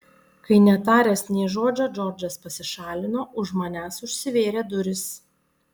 kai netaręs nė žodžio džordžas pasišalino už manęs užsivėrė durys